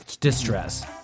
distress